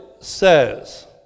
says